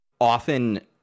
often